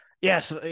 Yes